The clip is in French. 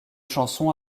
chansons